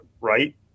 right